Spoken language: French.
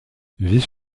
vice